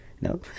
No